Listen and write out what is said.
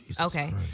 Okay